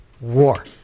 war